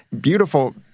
Beautiful